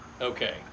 Okay